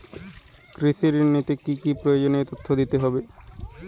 কৃষি ঋণ নিতে কি কি প্রয়োজনীয় তথ্য দিতে হবে?